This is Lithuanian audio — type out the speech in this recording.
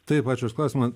taip ačiū už klausimą